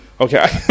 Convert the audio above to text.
Okay